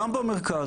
גם במרכז,